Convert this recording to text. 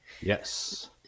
Yes